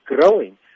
growing